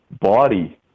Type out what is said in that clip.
body